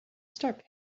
start